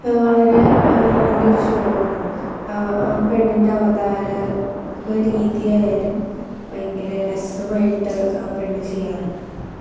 വളരെ നല്ലൊരു ഷോ ആണ് ആ ആ പെണ്ണിൻറ്റവതാരക രീതി ആയാലും ഭയങ്കര രസമായിട്ട് ആ പെണ്ണ് ചെയ്യാറുണ്ട്